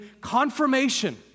confirmation